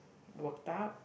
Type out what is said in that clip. worked up